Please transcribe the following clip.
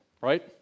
right